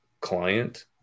client